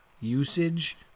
usage